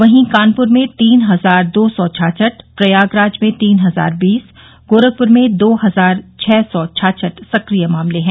वहीं कानपुर में तीन हजार दो सौ छाछठ प्रयागराज में तीन हजार बीस गोरखपुर में दो हजार छह सौ छाछठ सक्रिय मामले हैं